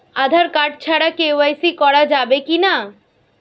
Aadhaar card ছাড়া KYC করা যাবে কি না?